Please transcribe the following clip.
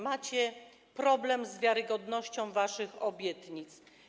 Macie problem z wiarygodnością waszych obietnic.